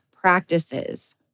practices